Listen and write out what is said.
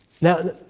Now